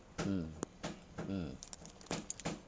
mm mm